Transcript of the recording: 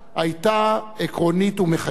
היתה עקרונית ומחייבת.